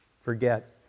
forget